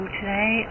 today